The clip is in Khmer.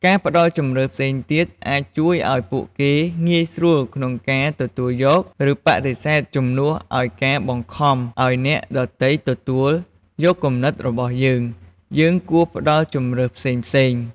ការផ្តល់ជម្រើសផ្សេងទៀត អាចជួយឲ្យពួកគេងាយស្រួលក្នុងការទទួលយក ឬបដិសេធ ជំនួសឲ្យការបង្ខំឲ្យអ្នកដទៃទទួលយកគំនិតរបស់យើង យើងគួរផ្តល់ជម្រើសផ្សេងៗ។